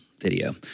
video